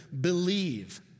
believe